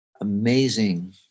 amazing